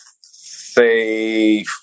say